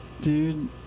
Dude